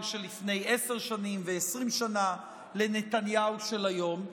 של לפני 10 שנים ו-20 שנה לנתניהו של היום.